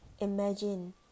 imagine